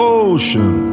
ocean